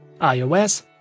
iOS